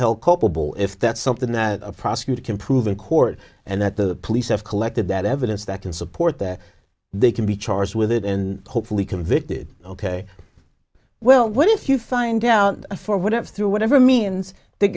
held culpable if that's something that a prosecutor can prove in court and that the police have collected that evidence that can support that they can be charged with it and hopefully convicted ok well what if you find out for whatever through whatever means that